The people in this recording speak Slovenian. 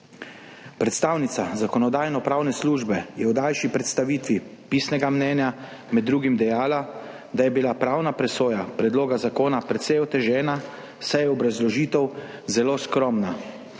Predstavnica Zakonodajno-pravne službe je v daljši predstavitvi pisnega mnenja med drugim dejala, da je bila pravna presoja predloga zakona precej otežena, saj je obrazložitev zelo skromna.